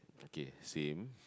okay same